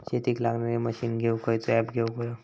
शेतीक लागणारे मशीनी घेवक खयचो ऍप घेवक होयो?